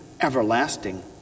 everlasting